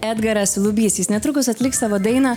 edgaras lubys jis netrukus atliks savo dainą